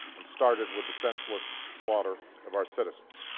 and started with the senseless slaughter of our citizens.